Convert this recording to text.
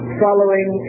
following